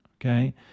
okay